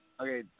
Okay